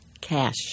cash